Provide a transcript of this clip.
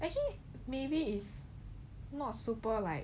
actually maybe is not super like